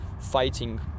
fighting